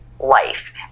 life